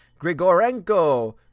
Grigorenko